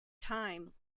time